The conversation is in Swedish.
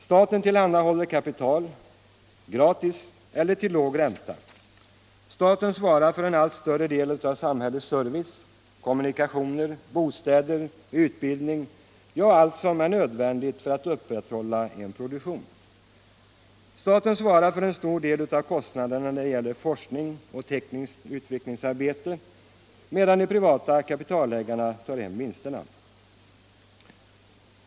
Staten tillhandahåller kapital gratis eller till låg ränta. Staten svarar för en allt större del av samhällets service, kommunikationer, bostäder, utbildning, ja, allt som är nödvändigt för att upprätthålla en produktion. Staten svarar för en stor del av kostnaderna när det gäller forskning och tekniskt utvecklingsarbete, medan de privata kapitalägarna tar hem vinsterna.